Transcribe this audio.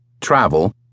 Travel